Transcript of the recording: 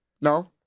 No